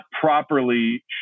properly